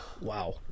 Wow